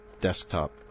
desktop